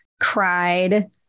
cried